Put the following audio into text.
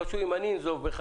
זה קשור אליי אם אני אנזוף בך,